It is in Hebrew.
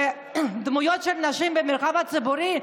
דמויות של נשים במרחב הציבורי,